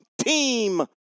team